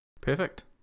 perfect